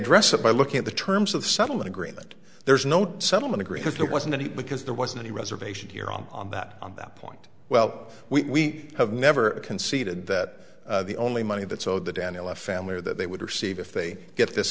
address it by looking at the terms of settlement agreement there's no doubt settlement agreement there wasn't any because there wasn't any reservation here on that on that point well we have never conceded that the only money that so the daniella family or that they would receive if they get this